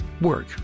work